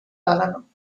pagan